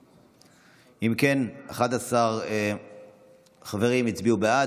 אם כן, 11 חברים הצביעו בעד.